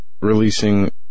releasing